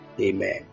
Amen